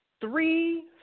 three